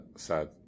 sad